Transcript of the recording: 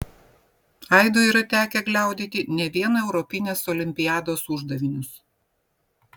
aidui yra tekę gliaudyti ne vien europinės olimpiados uždavinius